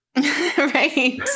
Right